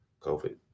COVID